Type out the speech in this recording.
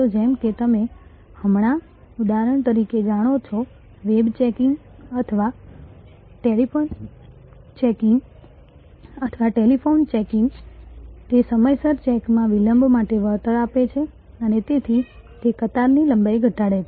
જેમ કે તમે હમણાં ઉદાહરણ તરીકે જાણો છો વેબ ચેકિંગ અથવા ટેલિફોન ચેકિંગ તે સમયસર ચેકમાં વિલંબ માટે વળતર આપે છે અને તેથી તે કતારની લંબાઈ ઘટાડે છે